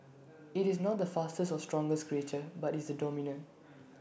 IT is not the fastest or strongest creature but is the dominant